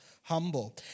humble